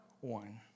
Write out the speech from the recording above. one